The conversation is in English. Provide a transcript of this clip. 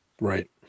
Right